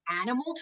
animal